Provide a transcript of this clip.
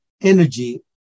energy